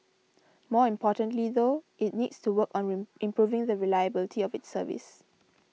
more importantly though it needs to work on rain improving the reliability of its service